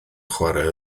chwarae